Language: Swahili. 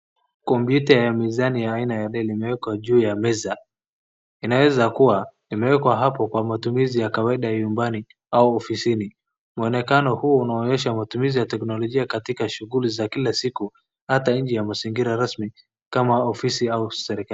Kompyuta ya mezani ya aina ya Dell imewekwa juu ya meza. Inaeza kuwa imewekwa hapo kwa matumizi ya kawaida nyumbani au ofisini. Mwonekano huu unaonyesha matumizi ya teknolojia katika shughuli za kila siku ahata nje ya mazingira rasmi kama ofisi au serikali.